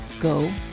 Go